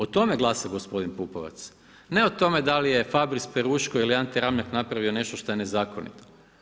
O tome glasa gospodin Pupovac, ne o tome da li Fabris Peruško ili Ante Ramljak napravio nešto što je nezakonito.